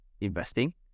investing